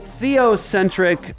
theocentric